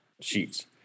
sheets